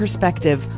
perspective